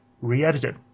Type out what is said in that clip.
re-edited